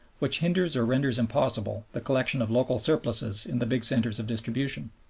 which hinders or renders impossible the collection of local surpluses in the big centers of distribution.